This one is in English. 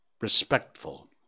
respectful